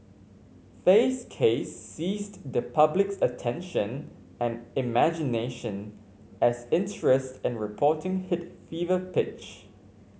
fay's case seized the public's attention and imagination as interest and reporting hit fever pitch